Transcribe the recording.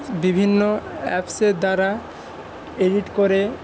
বিভিন্ন অ্যাপসের দ্বারা এডিট করে